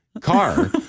car